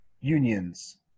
unions